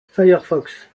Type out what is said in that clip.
firefox